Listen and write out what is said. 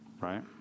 right